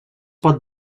pot